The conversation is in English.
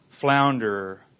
flounder